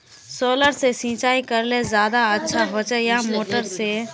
Solar से सिंचाई करले ज्यादा अच्छा होचे या मोटर से?